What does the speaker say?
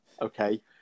Okay